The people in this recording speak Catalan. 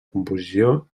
composició